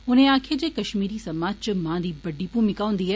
उनें आक्खेआ जे कष्मीरी समाज च मां दी बड्डी भूमका होंदी ऐ